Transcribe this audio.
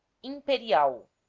imperial